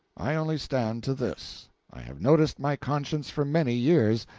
i only stand to this i have noticed my conscience for many years,